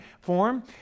form